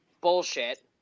bullshit